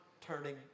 turning